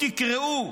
תקראו.